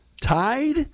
tied